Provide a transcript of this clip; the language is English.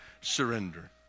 surrender